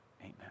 amen